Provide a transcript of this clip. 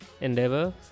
endeavor